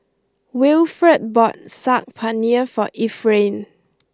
Wilfrid bought Saag Paneer for Efrain